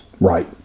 Right